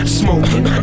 smoking